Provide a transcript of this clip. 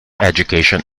education